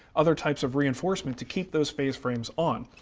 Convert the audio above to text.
other types of reinforcement to keep those face frames on.